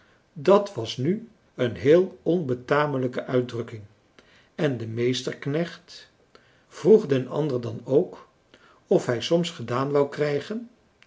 dat was nu een heel onbetamelijke uitdrukking en de meesterknecht vroeg den ander dan ook of hij soms gedaan wou krijgen